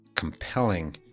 compelling